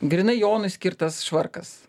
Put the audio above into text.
grynai jonui skirtas švarkas